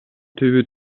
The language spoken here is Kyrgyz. түбү